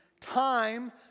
Time